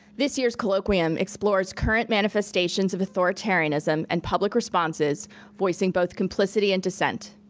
this year's colloquium explores current manifestations of authoritarianism and public responses voicing both complicity and dissent.